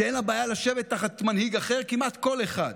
שאין לה בעיה לשבת תחת מנהיג אחר, כמעט כל אחד,